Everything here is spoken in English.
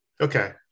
Okay